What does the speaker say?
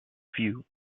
view